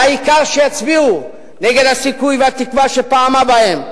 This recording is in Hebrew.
והעיקר שיצביעו נגד הסיכוי והתקווה שפיעמה בהם,